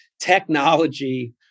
technology